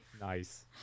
Nice